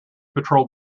patrol